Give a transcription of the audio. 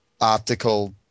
Optical